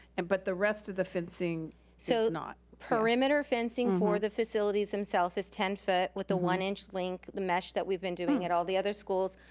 and but the rest of the fencing is so not? perimeter fencing for the facilities themself is ten foot, with the one-inch link, the mesh that we've been doing at all the other schools.